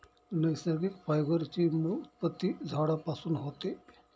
नैसर्गिक फायबर ची मूळ उत्पत्ती झाडांपासून होते